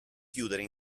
chiudere